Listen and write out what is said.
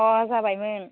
अ' जाबायमोन